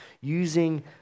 using